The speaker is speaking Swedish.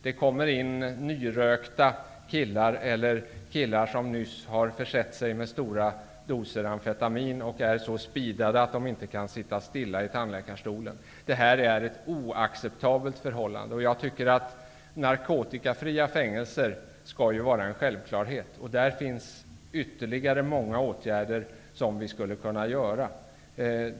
Det kommer in ''nyrökta'' interner eller sådana som nyss har försett sig med stora doser amfetamin och som är så ''speedade'' att de inte kan sitta stilla i tandläkarstolen. Detta är ett oacceptabelt förhållande, och jag tycker att narkotikafria fängelser skall vara en självklarhet. Det finns ytterligare ett stort antal åtgärder som vi skulle kunna vidta.